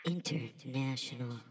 International